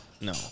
No